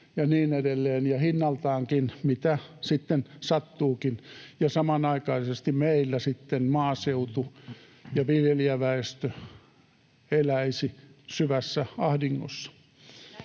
ja niin edelleen, ja hinnaltaankin mitä sitten sattuukin — ja samanaikaisesti meillä sitten maaseutu ja viljelijäväestö eläisivät syvässä ahdingossa.